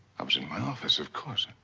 i was in my office, of course,